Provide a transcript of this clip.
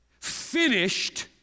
finished